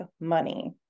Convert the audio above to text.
money